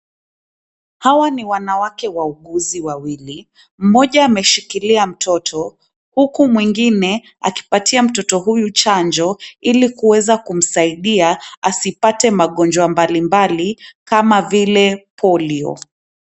Hawa ni wanawake wauguzi wawili. Mmoja ameshikilia mtoto, huku mwingine akipatia mtoto huyu chanjo ili kuweza kumsaidia asipate magonjwa mbalimbali, kama vile polio.